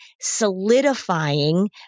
solidifying